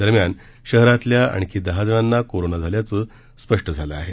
दरम्यान शहरातल्या आणखी दहा जणांना कोरोना झाल्याचं स्पष्ट झालं आहे